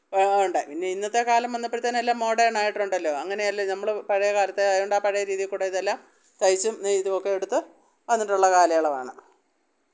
പോവണ്ട പിന്നെ ഇന്നത്തെക്കാലം വന്നപ്പോഴത്തേക്ക് എല്ലാം മോഡേൺ ആയിട്ടുണ്ടല്ലോ അങ്ങനെ അല്ലെ നമ്മൾ പഴയ കാലത്തെ ആയത് കൊണ്ട് ആ പഴയ രീതിയിൽ കൂടെ ഇതെല്ലാം തയ്ച്ചും നെയ്തുമൊക്കെ എടുത്ത് വന്നിട്ടുള്ള കാലയളവാണ്